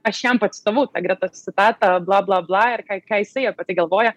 aš jam pacitavau gretos citatą blablabla ir ką jisai apie tai galvoja